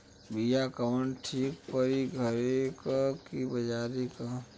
बिया कवन ठीक परी घरे क की बजारे क?